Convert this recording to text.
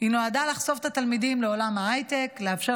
שנועדה לחשוף את התלמידים לעולם ההייטק ולאפשר